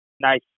nice